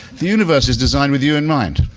the universe is designed with you in mind,